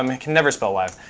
um i can never spell live.